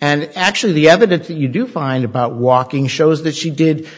and actually the evidence that you do find about walking shows that she did